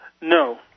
No